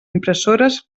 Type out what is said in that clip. impressores